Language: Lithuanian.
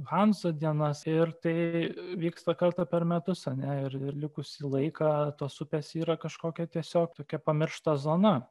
hanso dienas ir tai vyksta kartą per metus ar ne ir likusį laiką tos upės yra kažkokia tiesiog tokia pamiršta zona